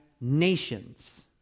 nations